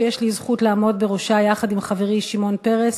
שיש לי זכות לעמוד בראשה יחד עם חברי שמעון פרס,